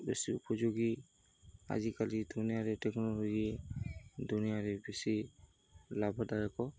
ବେଶୀ ଉପଯୋଗୀ ଆଜିକାଲି ଦୁନିଆରେ ଟେକ୍ନୋଲୋଜି ଦୁନିଆରେ ବେଶୀ ଲାଭଦାୟକ